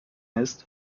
ist